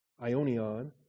ionion